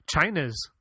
China's